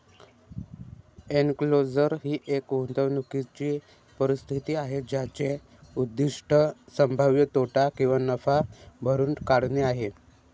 enclosure ही एक गुंतवणूकीची परिस्थिती आहे ज्याचे उद्दीष्ट संभाव्य तोटा किंवा नफा भरून काढणे आहे